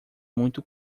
muito